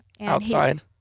Outside